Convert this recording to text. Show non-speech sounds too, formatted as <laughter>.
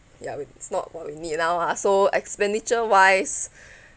ya it's not what we need now ah so expenditure wise <breath>